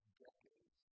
decades